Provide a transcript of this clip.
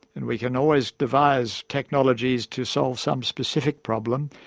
and we can always devise technologies to solve some specific problem,